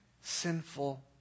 sinful